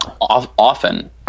often